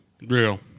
real